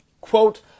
Quote